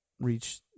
Reach